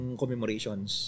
commemorations